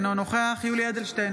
אינו נוכח יולי יואל אדלשטיין,